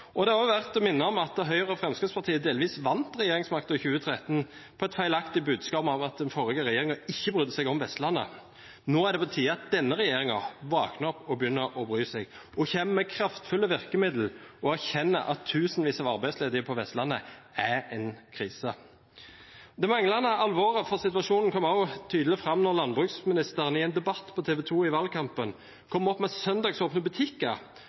Det er også verd å minne om at Høyre og Fremskrittspartiet delvis vant regjeringsmakten i 2013 på et feilaktig budskap om at den forrige regjeringen ikke brydde seg om Vestlandet. Nå er det på tide at denne regjeringen våkner opp og begynner å bry seg, kommer med kraftfulle virkemidler og erkjenner at tusenvis av arbeidsledige på Vestlandet er en krise. Den manglende forståelsen for alvoret i situasjonen kom også tydelig fram da landbruksministeren i en debatt på TV 2 i valgkampen kom med søndagsåpne butikker